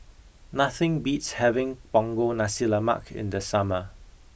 nothing beats having punggol nasi lemak in the summer